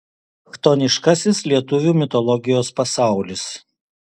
chtoniškasis lietuvių mitologijos pasaulis